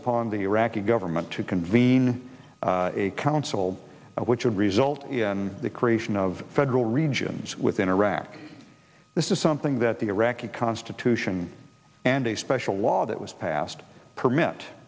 upon the iraqi government to convene a council which would result in the creation of federal regions within iraq this is something that the iraqi constitution and a special law that was passed permit